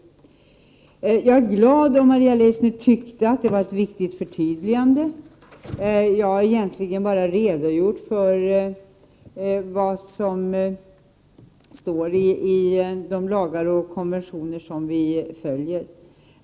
Jag är glad om Maria Leissner tyckte att det var ett viktigt förtydligande. Jag har egentligen bara redogjort för vad som står i de lagar och konventioner som vi följer.